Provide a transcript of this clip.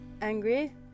angry